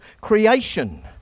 creation